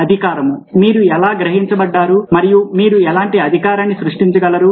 అధికారం మీరు ఎలా గ్రహించబడ్డారు మరియు మీరు ఎలాంటి అధికారాన్ని సృష్టించగలరు